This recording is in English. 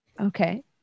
Okay